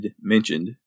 mentioned